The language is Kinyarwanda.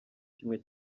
kimwe